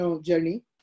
journey